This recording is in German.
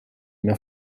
mehr